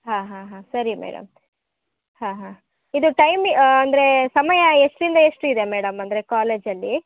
ಹಾಂ ಹಾಂ ಹಾಂ ಸರಿ ಮೇಡಮ್ ಹಾಂ ಹಾಂ ಇದು ಟೈಮಿ ಅಂದರೆ ಸಮಯ ಎಷ್ಟರಿಂದ ಎಷ್ಟು ಇದೆ ಮೇಡಮ್ ಅಂದರೆ ಕಾಲೇಜಲ್ಲಿ